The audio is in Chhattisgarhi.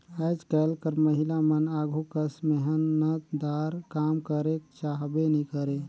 आएज काएल कर महिलामन आघु कस मेहनतदार काम करेक चाहबे नी करे